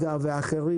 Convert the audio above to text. הג"א ואחרים,